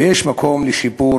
ויש מקום לשיפור